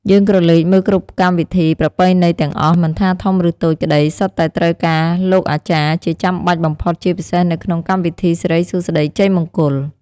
យើងក្រឡេកមើលគ្រប់កម្មវិធីប្រពៃណីទាំងអស់មិនថាធំឬតូចក្តីសុទ្ធតែត្រូវការលោកអាចារ្យជាចាំបាច់បំផុត ជាពិសេសនៅក្នុងកម្មវិធីសិរិសួស្តីជ័យមង្គល។